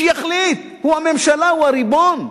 שיחליט, הוא הממשלה, הוא הריבון,